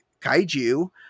kaiju